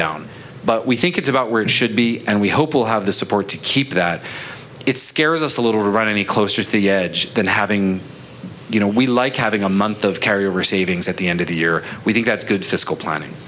down but we think it's about where it should be and we hope we'll have the support to keep that it scares us a little right any closer to the edge than having you know we like having a month of carryover savings at the end of the year we think that's good fiscal planning